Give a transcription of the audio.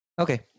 Okay